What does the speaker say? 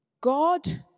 God